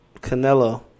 Canelo